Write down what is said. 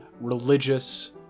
religious